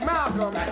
Malcolm